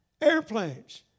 airplanes